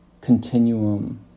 continuum